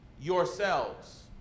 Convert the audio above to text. yourselves